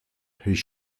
his